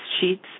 sheets